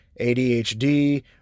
adhd